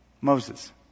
Moses